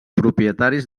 propietaris